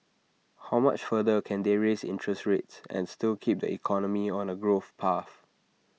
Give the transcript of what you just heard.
how much further can they raise interest rates and still keep the economy on A growth path